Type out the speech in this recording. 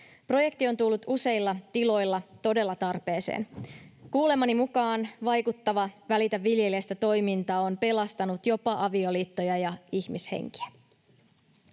Projekti on tullut useilla tiloilla todella tarpeeseen. Kuulemani mukaan vaikuttava Välitä viljelijästä ‑toiminta on pelastanut jopa avioliittoja ja ihmishenkiä.